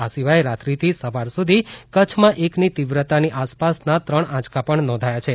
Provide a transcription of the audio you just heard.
આ સિવાય રાત્રીથી સવાર સુધી કચ્છમાં એકની તીવ્રતાની આસપાસના ત્રણ આંચકા પણ નોંધાયા છે